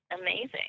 amazing